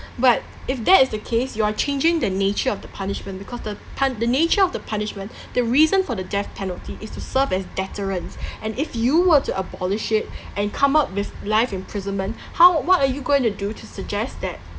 but if that is the case you are changing the nature of the punishment because the pun~ the nature of the punishment the reason for the death penalty is to serve as deterrent and if you were to abolish it and come up with life imprisonment how what are you going to do to suggest that